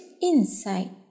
inside